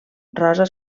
rosa